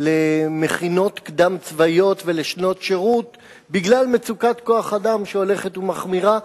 למכינות קדם-צבאיות ולשנות שירות בגלל מצוקת כוח-אדם שהולכת ומחמירה,